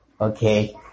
Okay